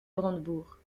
brandebourgs